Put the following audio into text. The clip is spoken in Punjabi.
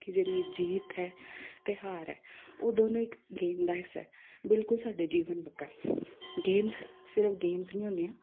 ਕਿ ਜਿਹੜੀ ਇਹ ਜੀਤ ਹੈ ਅਤੇ ਹਾਰ ਹੈ ਉਹ ਦੋਨੋਂ ਇੱਕ ਗੇਮ ਦਾ ਹਿੱਸਾ ਹੈ ਬਿਲਕੁਲ ਸਾਡੇ ਜੀਵਨ ਬਕਣ ਗੇਮਸ ਸਿਰਫ ਗੇਮਸ ਨਹੀਂ ਹੁੰਦੀਆਂ